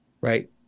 right